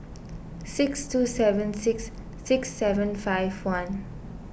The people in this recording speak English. six two seven six six seven five one